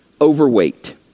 overweight